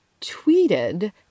tweeted